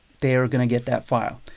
they are going to get that file.